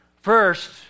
First